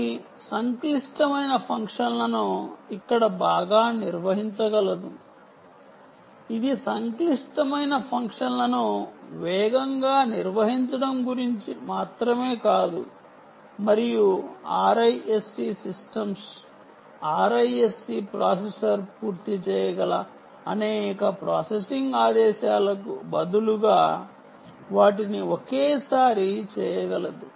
ఇది సంక్లిష్టమైన ఫంక్షన్లను ఇక్కడ బాగా నిర్వహించగలదు ఇది సంక్లిష్టమైన ఫంక్షన్లను వేగంగా నిర్వహించడం గురించి మాత్రమే కాదు మరియు RISC సిస్టమ్స్ RISC ప్రాసెసర్ పూర్తి చేయగల అనేక ప్రాసెసింగ్ ఆదేశాలకు బదులుగా వాటిని ఒకేసారి చేయగలదు